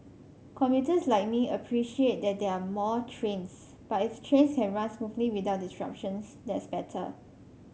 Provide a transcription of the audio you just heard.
commuters like me appreciate that there are more trains but if trains can run smoothly without disruptions that's better